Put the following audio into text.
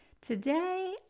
Today